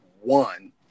one